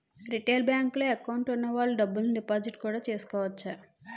retail బేంకుల్లో account వున్న వాళ్ళు డబ్బుల్ని డిపాజిట్టు కూడా చేసుకోవచ్చు